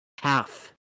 half